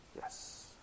Yes